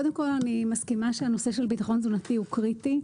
קודם כל אני מסכימה שהנושא של ביטחון תזונתי הוא קריטי,